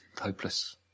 hopeless